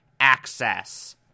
access